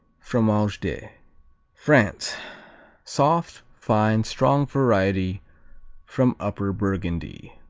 fromage de france soft, fine, strong variety from upper burgundy.